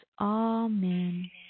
amen